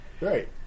right